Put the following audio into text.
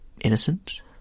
innocent